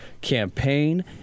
campaign